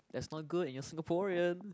that's not good and you're Singaporean